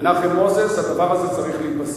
מנחם מוזס: הדבר הזה צריך להיפסק.